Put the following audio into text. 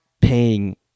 paying